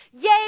yay